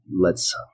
lets